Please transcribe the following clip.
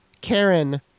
Karen